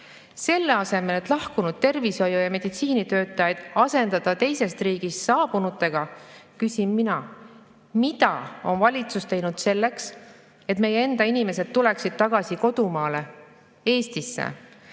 Selle asemel, et lahkunud tervishoiu- ja meditsiinitöötajaid asendada teisest riigist saabunutega, küsin mina, mida on valitsus teinud selleks, et meie enda inimesed tuleksid tagasi kodumaale, Eestisse,